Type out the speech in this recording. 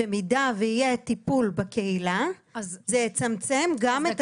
במידה ויהיה טיפול בקהילה זה יצמצם גם את